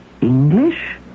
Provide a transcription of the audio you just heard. English